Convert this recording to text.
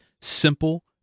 simple